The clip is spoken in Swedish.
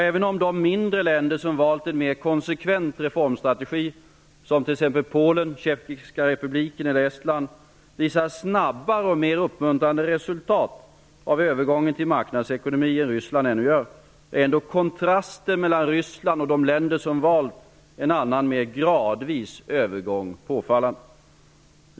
Även om de mindre länder som valt en mer konsekvent reformstrategi -- som t.ex. Polen, Tjeckiska republiken eller Estland -- visar snabbare och mer uppmuntrande resultat av övergången till marknadsekonomi än Ryssland ännu gör, är ändå kontrasten mellan Ryssland och de länder som valt en mer gradvis övergång påfallande.